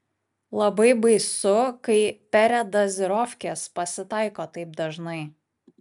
labai baisu kai peredazirofkės pasitaiko taip dažnai